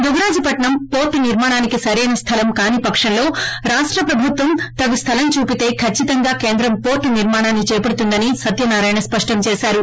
దుగ్గిరాజు పట్పం పోర్లు నిర్మాణానికి సరైన స్వలం కాని పక్షంలో రాష్ట ప్రభుత్వం తగు స్టలం చూపితే కచ్చితంగా కేంద్రం పోర్ట్ నిర్మాణాని చేపదుతుందని సత్యనారాయణ స్పష్టం చేసారు